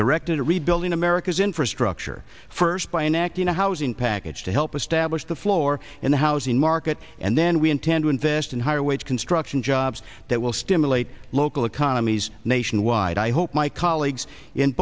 directed at rebuilding america's infrastructure first by enacting a housing package to help establish the floor in the housing market and then we intend to invest in higher wage construction jobs that will stimulate local economies nationwide i hope my colleagues